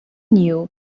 knew